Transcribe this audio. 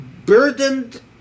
Burdened